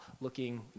looking